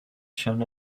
shown